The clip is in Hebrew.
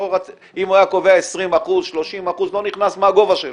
אם הוא היה קובע 20%, 30%, לא נכנס מה הגובה שלה,